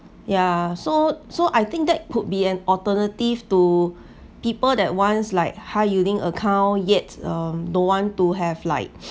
ya so so I think that would be an alternative to people that wants like high yielding account yet um don't want to have like